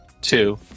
Two